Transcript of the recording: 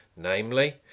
namely